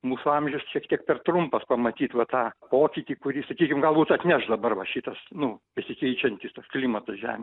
mūsų amžius šiek tiek per trumpas pamatyt va tą pokytį kurį sakykim galbūt atneš dabar va šitas nu besikeičiantis tas klimatas žem